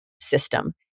system